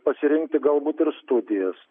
pasirinkti galbūt ir studijas